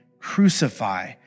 crucify